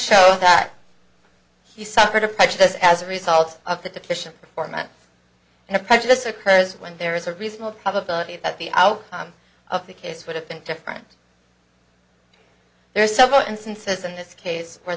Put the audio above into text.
show that he suffered a prejudice as a result of the deficient performance and a prejudice occurs when there is a reasonable probability that the outcome of the case would have been different there are several instances in this case where